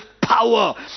Power